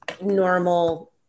Normal